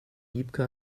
wiebke